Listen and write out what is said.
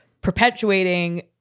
perpetuating